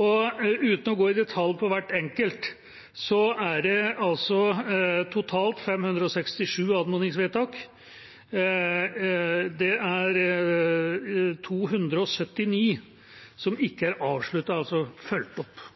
Uten å gå i detalj på hvert enkelt er det totalt 567 anmodningsvedtak, og det er 279 som ikke er avsluttet, altså ikke fulgt opp.